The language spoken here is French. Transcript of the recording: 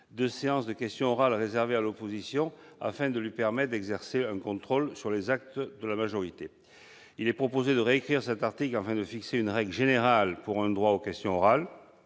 de séances de questions orales réservées à l'opposition, afin que celle-ci puisse exercer un contrôle sur les actes de la majorité. Il est proposé de réécrire cet article afin de fixer une règle générale pour ce droit aux questions orales.